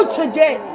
today